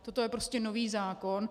Toto je prostě nový zákon.